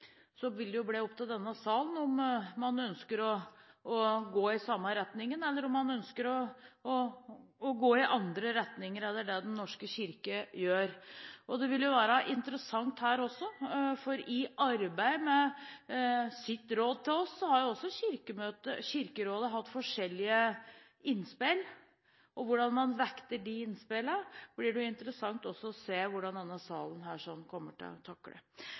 Så vil det bli opp til denne salen om man ønsker å gå i samme retning, eller om man ønsker å gå i andre retninger enn Den norske kirke gjør. Det vil også være interessant, for i arbeidet med råd til oss har Kirkemøtet og Kirkerådet hatt forskjellige innspill. Hvordan man vekter de innspillene, blir det interessant å se – også hvordan denne salen kommer til å takle